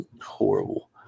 horrible